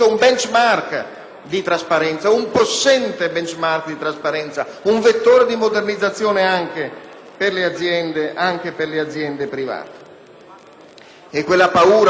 un possente *benchmark* di trasparenza e un vettore di modernizzazione anche per le aziende private. E quella paura paventata